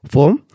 Form